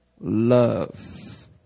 love